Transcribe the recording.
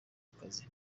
akazi